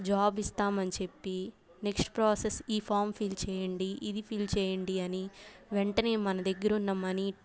job ఇస్తాం అని చెప్పి నెక్స్ట్ ప్రాసెస్ ఈ ఫామ్ ఫిల్ చేయండి ఇది ఫిల్ చేయండి అని వెంటనే మన దగ్గర ఉన్న మనీ